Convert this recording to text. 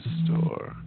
store